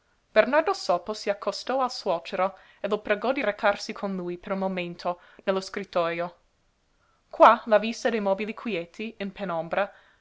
bernardo sopo si accostò al suocero e lo pregò di recarsi con lui per un momento nello scrittojo qua la vista dei mobili quieti in penombra